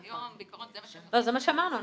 זה מה שאמרנו.